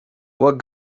what